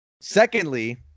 secondly